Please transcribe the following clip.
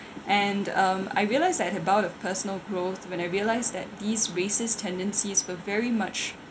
and um I realised that about a personal growth when I realised that these racist tendencies were very much